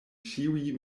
ĉiuj